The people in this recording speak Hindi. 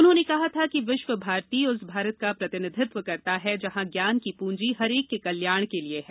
उन्होंने कहा था कि विश्व भारती उस भारत का प्रतिनिधित्व करता है जहां ज्ञान की पूंजी हर एक के कल्याण के लिए है